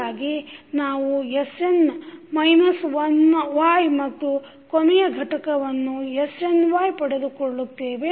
ಹೀಗಾಗಿ ನಾವು sn minus 1Y ಮತ್ತು ಕೊನೆಯ ಘಟಕವನ್ನು snY ಪಡೆದುಕೊಳ್ಳುತ್ತೇವೆ